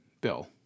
Bill